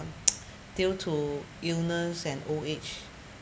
due to illness and old age